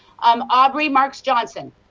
um aubrey marcus johnson.